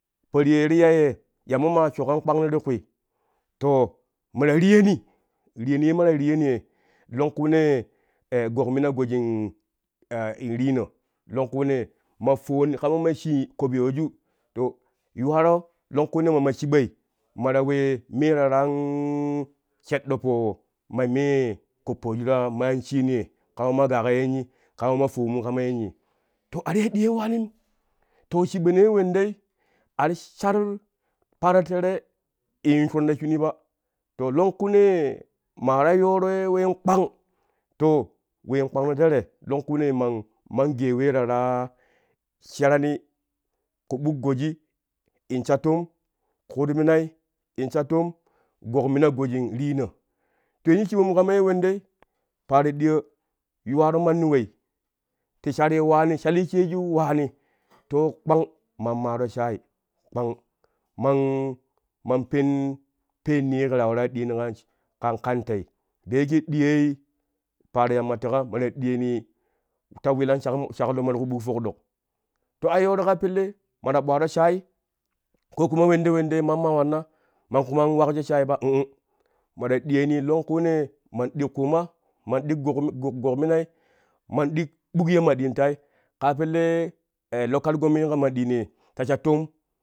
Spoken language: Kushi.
Po riye ye ti ya ye yamma ma shoƙan kpangni kwi to ma ta riyeni, riyeni ye mata riyeni ye longkunee gokmina gojin in rino to kuunee ma fowon kama ma shee kopyoyu to yuwaro longkunee ma ma shiɓoi ma ta we me ta waraan sheɗɗo po ma me koppoju ta me an sheema ye kama me an gaƙa yenni kama me an fowonmu kama yenni to a ti ya ɗiyooi waanim to shibonoi ya wendei ati shar paaro tere in yuun shuran ta shunii ba to longkunee ma ta yooroi ween kpang to ween kpang no tere longkunee man man gee wee ta waraa sherani ƙuɓuk goji in sha toom kuut minai in sha toom ƙu mina gojin reeno to yanzu shiɓomu kama ye wendei paaro ɗiyoo yuwaro manni wei ti sharri waani shalii sheeju waani to kpang man maaro shaai kpang man, man pen peen niyo kɛ ta waraa ɗiyoni kan kan tei da yake ɗiyooi paaro yamma teƙa ma ta diyoni ta wilan shkloma ti ƙu ɓuƙ foƙiɗok to a yooro kaa pelle ma ta ɓwaaro shaai ko kuma wendei mam ma wanna man kuman wakjo shaai ba ma ta diyoni longkunee man ɗik ƙuma ɗik gok gokminai man ɗik ɓuk ye ma ɗiin ti tai ka pellee lokal gommen ye kama diin ye.